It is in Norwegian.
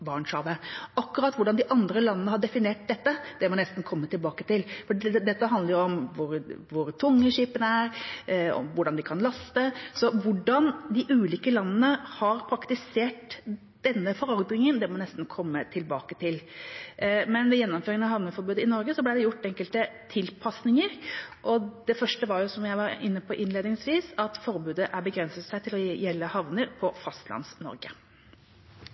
Barentshavet. Akkurat hvordan de andre landene har definert dette, må jeg nesten komme tilbake til. Det handler om hvor tunge skipene er, hvordan de kan laste, så hvordan de ulike landene har praktisert denne forordningen, må jeg nesten komme tilbake til. Ved gjennomføringen av havneforbudet i Norge ble det gjort enkelte tilpasninger. Det første var, som jeg var inne på innledningsvis, at forbudet begrenser seg til å gjelde havner